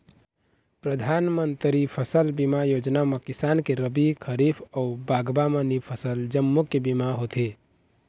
परधानमंतरी फसल बीमा योजना म किसान के रबी, खरीफ अउ बागबामनी फसल जम्मो के बीमा होथे